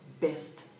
best